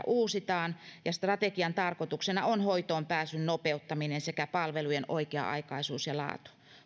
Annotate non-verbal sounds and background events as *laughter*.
*unintelligible* uusitaan ja strategian tarkoituksena on hoitoonpääsyn nopeuttaminen sekä palvelujen oikea aikaisuus ja laatu